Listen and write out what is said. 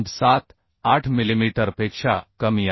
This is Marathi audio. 78 मिलिमीटरपेक्षा कमी आहे